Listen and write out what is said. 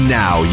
now